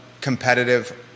competitive